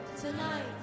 Tonight